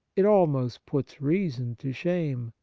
it almost puts reason to shame,